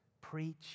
preach